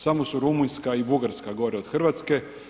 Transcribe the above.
Samo su Rumunjska i Bugarska gore od Hrvatske.